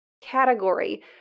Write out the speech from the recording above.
category